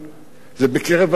זה בקרב אסירים.